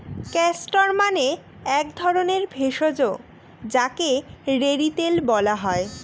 castor মানে এক ধরণের ভেষজ যাকে রেড়ি তেল বলা হয়